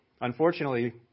Unfortunately